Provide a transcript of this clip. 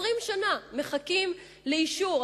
20 שנה מחכים לאישור,